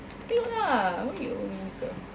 tengok lah why you mean tu